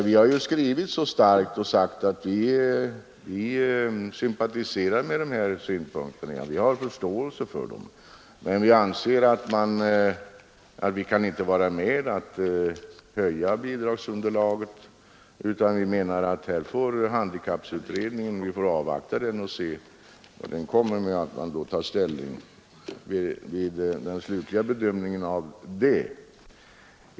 Vi har skrivit att vi sympatiserar med och har förståelse för motionen, men vi anser oss inte kunna vara med om att höja bidragsunderlaget. Vi menar att vi får avvakta resultatet av handikapputredningen och ta slutlig ställning när vi bedömer den utredningens betänkande.